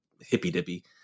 hippy-dippy